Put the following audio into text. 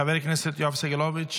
חבר הכנסת יואב סגלוביץ'